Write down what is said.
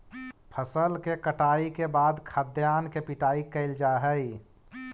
फसल के कटाई के बाद खाद्यान्न के पिटाई कैल जा हइ